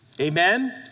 Amen